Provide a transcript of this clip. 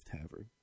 Tavern